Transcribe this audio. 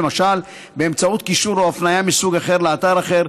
למשל באמצעות קישור או הפניה מסוג אחר לאתר אחר,